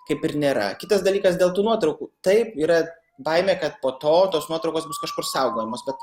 kaip ir nėra kitas dalykas dėl tų nuotraukų taip yra baimė kad po to tos nuotraukos bus kažkur saugomos kad